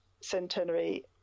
centenary